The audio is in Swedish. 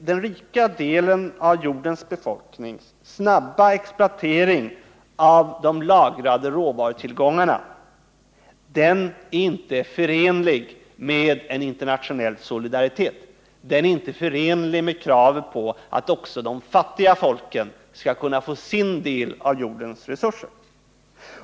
Den rika delen av jordens befolkning exploaterar i snabbt ökande takt de lagrade råvarutillgångarna, och detta är självfallet inte förenligt med internationell solidaritet. Det är inte heller förenligt med kravet på att också de fattiga folken skall kunna få sin del av jordens resurser.